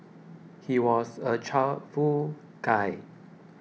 he was a cheerful guy